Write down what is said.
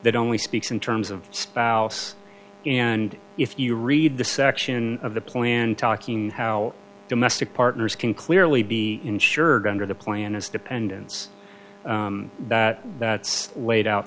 that only speaks in terms of spouse and if you read the section of the plan talking how domestic partners can clearly be insured under the plan is dependence that's laid out